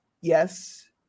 yes